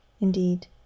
indeed